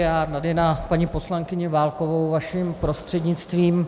Já tady na paní poslankyně Válkovou vaším prostřednictvím.